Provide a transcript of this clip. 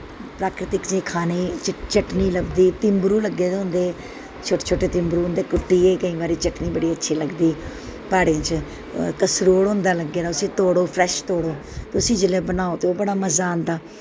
प्राकृतिक च खानें गी चटनी लब्भदी तिन्बरू लग्गे दे होंदे शोटे शोटे तिम्बरू कुट्टिये केईं बारी चटनी बड़ी अच्छी लगदी प्हाड़ें च कसरोड़ होंदा लग्गे दा उस्सी तोड़ो फ्रैश तोड़ो उस्सी जिसले बनाओ ते बड़ा मजा आंदा